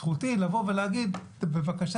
זכותי לבוא ולהגיד: בבקשה,